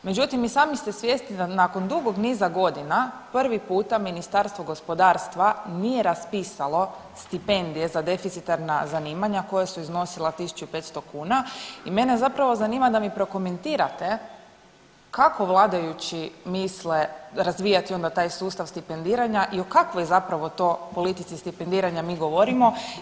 Međutim i sami ste svjesni nakon dugog niza godina prvi puta Ministarstvo gospodarstva nije raspisalo stipendije za deficitarna zanimanja koja su iznosila 1500 kuna i mene zapravo zanima da mi prokomentirate kako vladajući misle razvijati onda taj sustav stipendiranja i o kakvoj zapravo to politici stipendiranja mi govorimo.